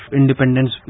independence